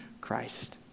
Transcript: Christ